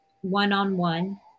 one-on-one